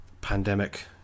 pandemic